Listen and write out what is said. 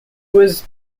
was